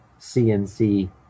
CNC